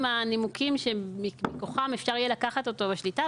הנימוקים שמכוחם אפשר יהיה לקחת אותו בשליטה.